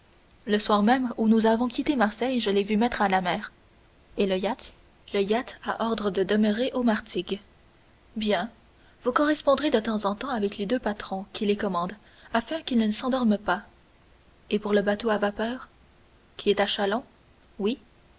le soir même où nous avons quitté marseille je l'ai vu mettre à la mer et le yacht le yacht a ordre de demeurer aux martigues bien vous correspondrez de temps en temps avec les deux patrons qui les commandent afin qu'ils ne s'endorment pas et pour le bateau à vapeur qui est à chalons oui